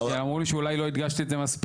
כי אמרו לי שאולי לא הדגשתי את זה מספיק.